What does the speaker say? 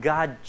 God